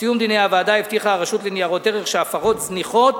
בסיום דיוני הוועדה הבטיחה הרשות לניירות ערך שהפרות זניחות